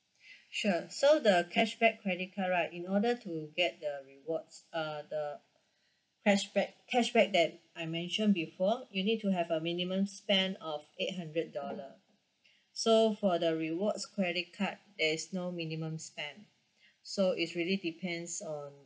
sure so the cashback credit right in order to get the rewards uh the cashback cashback that I mention before you need to have a minimum spend of eight hundred dollar so for the rewards credit card there is no minimum spend so it's really depends on